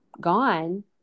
gone